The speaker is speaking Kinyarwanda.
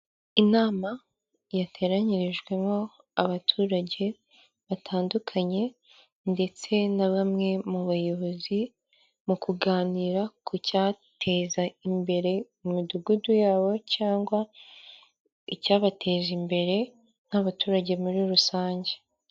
Inama yateranyirijwemo abaturage batandukanye ndetse na bamwe mu bayobozi, mu kuganira ku cyateza imbere imidugudu yabo cyangwa icyabateza imbere nk'abaturage muri rusange.